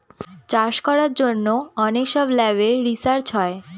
চাষ করার জন্য অনেক সব ল্যাবে রিসার্চ হয়